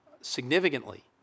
significantly